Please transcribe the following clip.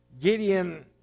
Gideon